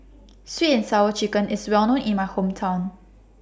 Sweet and Sour Chicken IS Well known in My Hometown